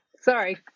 sorry